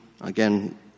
Again